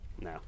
No